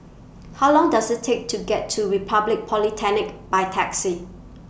How Long Does IT Take to get to Republic Polytechnic By Taxi